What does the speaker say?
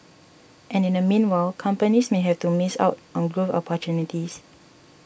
and in the meanwhile companies may have to miss out on growth opportunities